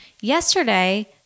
Yesterday